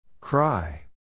Cry